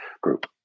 group